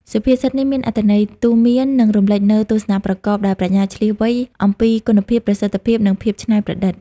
សុភាសិតនេះ មានអត្ថន័យទូន្មាន និងរំលេចនូវទស្សនៈប្រកបដោយប្រាជ្ញាឈ្លាសវៃ អំពីគុណភាព ប្រសិទ្ធភាព និងភាពច្នៃប្រឌិត។